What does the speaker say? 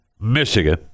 Michigan